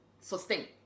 sustain